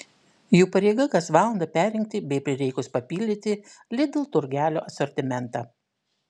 jų pareiga kas valandą perrinkti bei prireikus papildyti lidl turgelio asortimentą